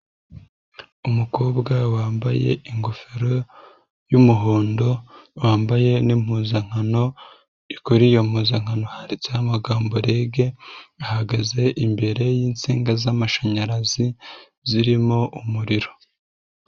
Umukobwa wambaye ingofero y'umuhondo wambaye n'impuzankano, kuri iyo mpuzankano handitseho amagambo REG, ahagaze imbere y'insinga z'amashanyarazi zirimo umuriro.